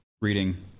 reading